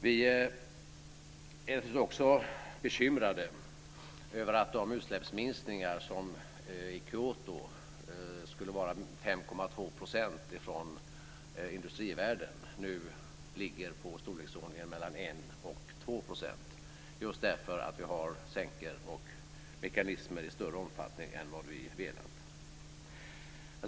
Vi är naturligtvis också bekymrade över att de utsläppsminskningar som i Kyoto skulle vara 5,2 % från industrivärlden nu är i storleksordningen 1-2 % just därför att vi har sänkor och mekanismer i större omfattning än vad vi velat.